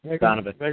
Donovan